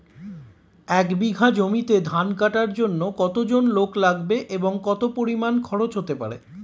এক বিঘা জমিতে ধান কাটার জন্য কতজন লোক লাগবে এবং কত পরিমান খরচ হতে পারে?